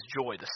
joy